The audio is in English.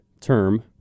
term